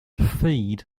feed